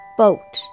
boat